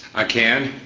i can.